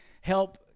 help